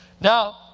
Now